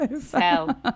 sell